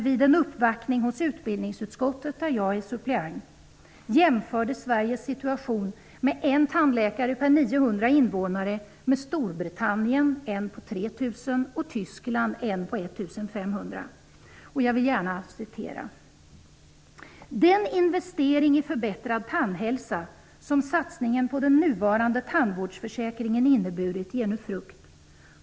Vid en uppvaktning hos utbildningsutskottet -- där jag är suppleant -- invånare, med Storbritanniens, där det finns en tandläkare per 3 000, och med Tysklands, där det finns en per 1 500 invånare. Låt mig citera: ''Den investering i förbättrad tandhälsa som satsningen på den nuvarande tandvårdsförsäkringen inneburit, ger nu frukt.